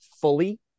fully